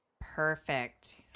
Perfect